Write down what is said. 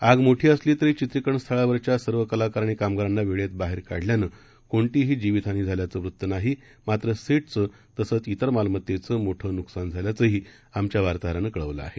आग मोठी असली तरी चित्रीकरण स्थळावरच्या सर्व कलाकार आणि कामगारांना वेळेत बाहेर काढल्यानं कोणतीही जिवीतहानी झाल्याचं वृत्त नाही मात्र सेटचं तसंच ात्रेर मालमत्तेचं मोठं नुकसान झाल्याचंही आमच्या वार्ताहरानं कळवलं आहे